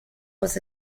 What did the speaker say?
was